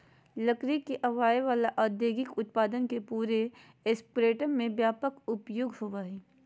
लकड़ी से आवय वला औद्योगिक उत्पादन के पूरे स्पेक्ट्रम में व्यापक उपयोग होबो हइ